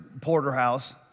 porterhouse